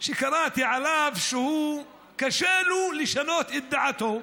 קראתי עליו שקשה לו לשנות את דעתו,